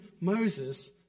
Moses